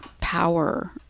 power